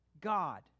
God